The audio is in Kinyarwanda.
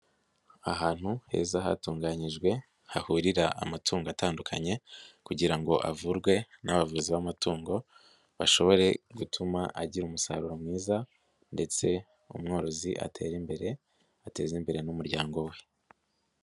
Ahantu heza hatunganyijwe hahurira amatungo atandukanye kugira ngo avurwe n'abavuzi b'amatungo, bashobore gutuma agira umusaruro mwiza ndetse umworozi atere imbere, ateze imbere n'umuryango we.